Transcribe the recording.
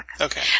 Okay